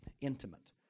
Intimate